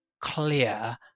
clear